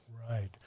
Right